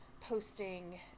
posting